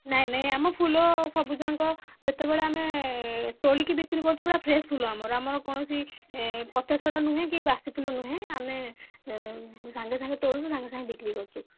ନାହିଁ ନାହିଁ ଆମ ଫୁଲ ସବୁଯାକ ଯେତେବେଳେ ଆମେ ତୋଳିକି ବିକ୍ରି କରୁଛୁ ପୁରା ଫ୍ରେଶ୍ ଫୁଲ ଆମର ଆମର କୌଣସି ପଚାସଢ଼ା ନୁହେଁ କି ବାସି ଫୁଲ ନୁହେଁ ଆମେ ସାଙ୍ଗେ ସାଙ୍ଗେ ତୋଳୁଛୁ ସାଙ୍ଗେ ସାଙ୍ଗେ ବିକ୍ରି କରୁଛୁ